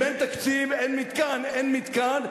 אם אין תקציב אין מתקן, אין מתקן,